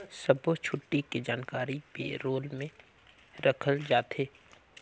सब्बो छुट्टी के जानकारी पे रोल में रखल जाथे